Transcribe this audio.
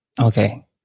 Okay